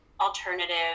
alternative